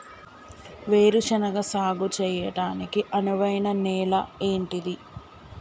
వేరు శనగ సాగు చేయడానికి అనువైన నేల ఏంటిది?